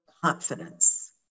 confidence